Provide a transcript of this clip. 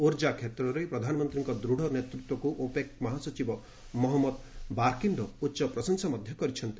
ଉର୍ଜା କ୍ଷେତ୍ରରେ ପ୍ରଧାନମନ୍ତ୍ରୀଙ୍କ ଦୃଢ଼ ନେତୃତ୍ୱକୁ ଓପେକ୍ ମହାସଚିବ ମହମ୍ମଦ ବାର୍କିଶ୍ଡୋ ଉଚ୍ଚ ପ୍ରଶଂସା କରିଛନ୍ତି